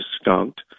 skunked